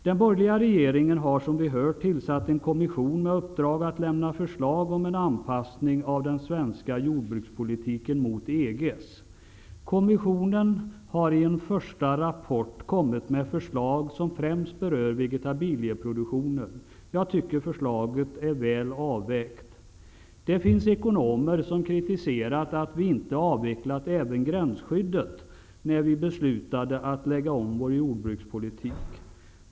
Den borgerliga regeringen har som vi hört tillsatt en kommission med uppdrag att lämna förslag om en anpassning av den svenska jordbrukspolitiken till EG:s. Kommissionen har i en första rapport kommit med förslag som främst berör vegetabilieproduktionen. Jag tycker förslaget är väl avvägt. Det finns ekonomer som kritiserat att vi inte avvecklade även gränsskyddet när vi beslutade att lägga om vår jordbrukspolitik.